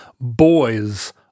boys